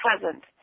present